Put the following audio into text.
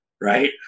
right